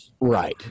Right